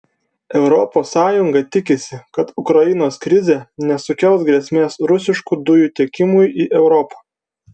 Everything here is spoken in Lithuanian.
europos sąjunga tikisi kad ukrainos krizė nesukels grėsmės rusiškų dujų tiekimui į europą